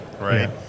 right